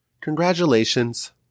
Congratulations